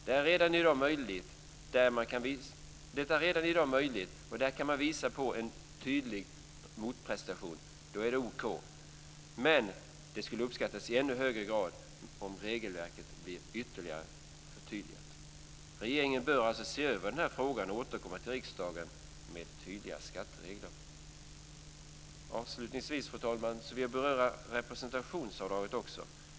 Det är redan i dag möjligt, och där man kan visa på en tydlig motprestation är det okej. Men det skulle uppskattas i ännu högre grad om regelverket blev ytterligare förtydligat. Regeringen bör alltså se över den här frågan och återkomma till riksdagen med tydliga skatteregler. Avslutningsvis, fru talman, vill jag också beröra representationsavdraget.